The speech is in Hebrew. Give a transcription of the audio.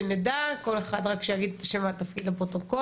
שנדע, כל אחד רק שיגיד את השם והתפקיד לפרוטוקול.